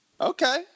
Okay